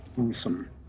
Awesome